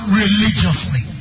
religiously